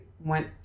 went